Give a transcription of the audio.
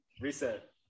reset